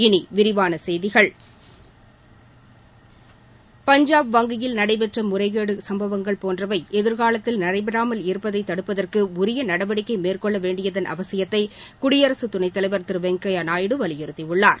இனி விரிவான செய்திகள் பஞ்சாப் வங்கியில் நடைபெற்ற முறைகேடுகள் சம்பவங்கள் போன்றவை எதிர்காலத்தில் நடைபெறாமல் இருப்பதை தடுப்பதற்கு உரிய நடவடிக்கை மேற்கொள்ள வேண்டியதன் அவசியத்தை குடியரசுதுணைத்தலைவர் திரு வெங்கயா நாயுடு வலியுறுத்தியுள்ளார்